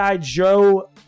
joe